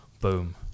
Boom